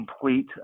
complete